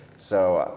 so,